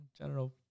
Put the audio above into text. general